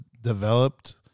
developed